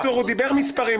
הוא דיבר מספרים,